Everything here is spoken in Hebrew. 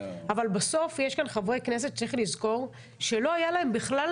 אבל בסוף יש כאן חברי כנסת שלא היה להם בכלל